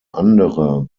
andere